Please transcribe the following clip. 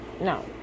No